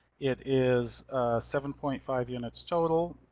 it is seven point five units total.